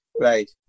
right